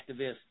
activists